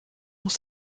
muss